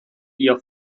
ihr